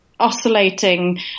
oscillating